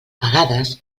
vegades